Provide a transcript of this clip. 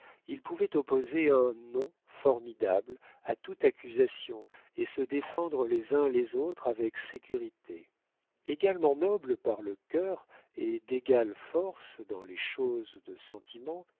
ils pouvaient opposer un non formidable à toute accusation et se défendre les uns les autres avec sécurité également nobles par le cœur et d'égale force dans les choses de sentiment